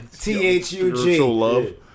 T-H-U-G